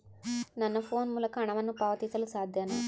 ನನ್ನ ಫೋನ್ ಮೂಲಕ ಹಣವನ್ನು ಪಾವತಿಸಲು ಸಾಧ್ಯನಾ?